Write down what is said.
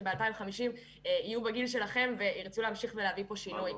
שב-2050 יהיו בגיל שלכם וירצו להמשיך להביא פה שינוי.